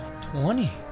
Twenty